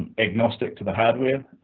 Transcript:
agnostic to the hardware,